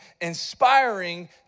inspiring